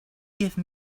give